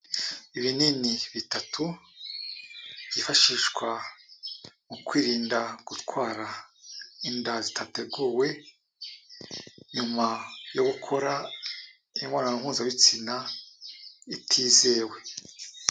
Ibinini bitatu byifashishwa mu kwirinda gutwara inda zidateguwe, nyuma yo gukora imibonano mpuzabitsina itizewe.